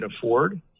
afford